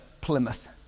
Plymouth